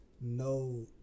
no